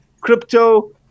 crypto